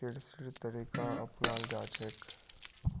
कृषिर तरीका अपनाल जा छेक